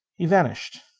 he vanished.